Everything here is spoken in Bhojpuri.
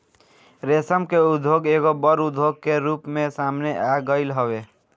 रेशम के उद्योग एगो बड़ उद्योग के रूप में सामने आगईल हवे